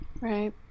right